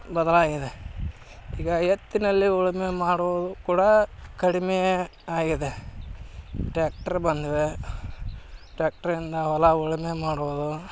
ಬದಲಾಗಿದೆ ಈಗ ಎತ್ತಿನಲ್ಲಿ ಉಳುಮೆ ಮಾಡೋದು ಕೂಡ ಕಡಿಮೆ ಆಗಿದೆ ಟ್ಯಾಕ್ಟ್ರು ಬಂದಿದೆ ಟ್ಯಾಕ್ಟ್ರಿಂದ ಹೊಲ ಉಳುಮೆ ಮಾಡೋದು